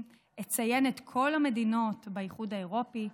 אציין את כל המדינות באיחוד האירופי,